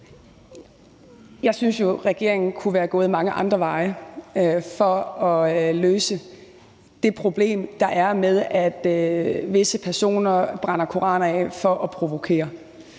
Jeg synes jo, regeringen kunne være gået mange andre veje for at løse det problem, der er med, at visse personer brænder koraner af for at provokere.